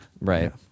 right